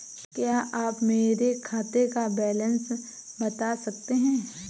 क्या आप मेरे खाते का बैलेंस बता सकते हैं?